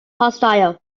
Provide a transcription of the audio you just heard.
hostile